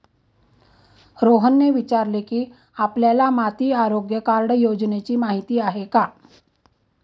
रोहनने विचारले की, आपल्याला माती आरोग्य कार्ड योजनेची माहिती आहे का?